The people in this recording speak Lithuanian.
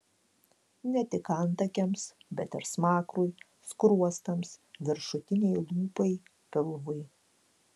ne tik antakiams bet ir smakrui skruostams viršutinei lūpai pilvui